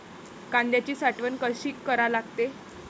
कांद्याची साठवन कसी करा लागते?